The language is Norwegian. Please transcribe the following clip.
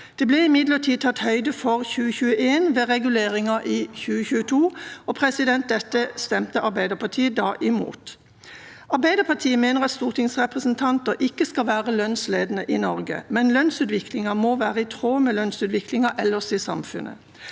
Det ble imidlertid tatt høyde for 2021 ved reguleringen i 2022. Dette stemte Arbeiderpartiet da imot. Arbeiderpartiet mener at stortingsrepresentanter ikke skal være lønnsledende i Norge, men lønnsutviklingen må være i tråd med lønnsutviklingen ellers i samfunnet.